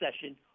session